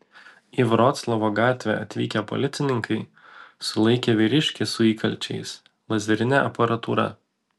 į vroclavo gatvę atvykę policininkai sulaikė vyriškį su įkalčiais lazerine aparatūra